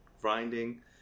grinding